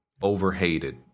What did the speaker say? overhated